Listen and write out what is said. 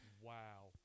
Wow